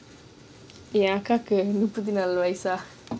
ya அக்காக்கு முப்பத்தி நாள வயசு:akkaku muppathi naalu wayasu